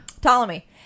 Ptolemy